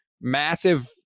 massive